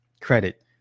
credit